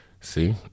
See